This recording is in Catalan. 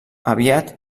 aviat